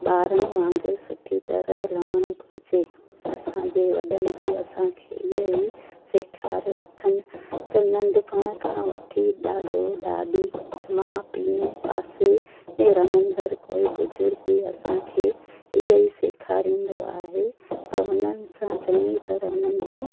ॿारनि वागुंर सुठी तरह लहणु घुरिजे असांजे वॾनि बि असांखे इहो ई सेखारियो अथनि त नंढपण खां वठी ॾाॾो ॾाॾी माउ पीउ पासे में रहंदण कोई बुज़ुर्ग बि असांखे इहो ई सेखारींदो आहे त हुननि सां चङी तरह उन्हनि जी